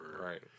Right